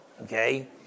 okay